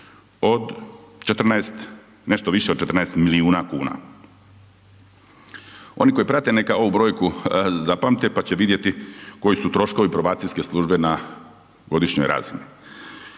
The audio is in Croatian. od 14, nešto više od 14 milijuna kuna. Oni koji prate neka ovu brojku zapamte pa će vidjeti koji su troškovi probacijske službe na godišnjoj razini.